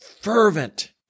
fervent